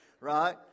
right